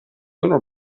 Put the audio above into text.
owner